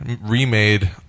remade